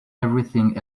everything